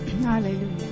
Hallelujah